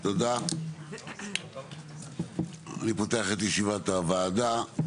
אני מתכבד לפתוח את ישיבת ועדת הפנים והגנת הסביבה.